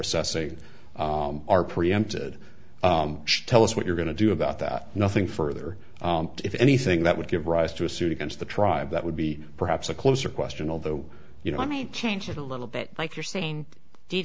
assessing are preempted tell us what you're going to do about that nothing further if anything that would give rise to a suit against the tribe that would be perhaps a closer question although you know i might change it a little bit like you're saying